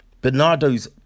Bernardo's